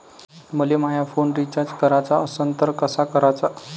मले माया phone recharge कराचा असन तर कसा कराचा?